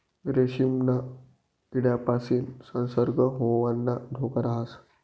रेशीमना किडापासीन संसर्ग होवाना धोका राहस